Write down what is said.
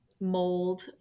mold